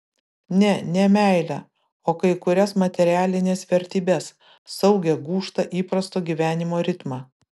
ne ne meilę o kai kurias materialines vertybes saugią gūžtą įprasto gyvenimo ritmą